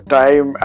time